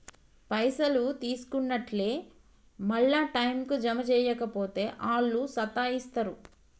పైసలు తీసుకున్నట్లే మళ్ల టైంకు జమ జేయక పోతే ఆళ్లు సతాయిస్తరు